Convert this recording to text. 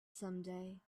someday